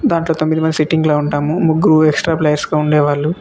దాంట్లో తొమ్మిది మంది సిట్టింగ్లో ఉంటాము ముగ్గురు ఎక్స్ట్రా ప్లేయర్స్గా ఉండేవాళ్ళు